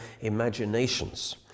imaginations